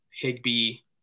Higby